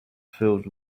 filled